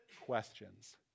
questions